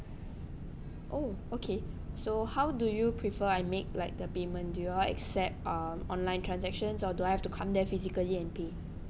oh okay so how do you prefer I make like the payment do y'all accept um online transactions or do I have to come there physically and pay